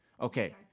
Okay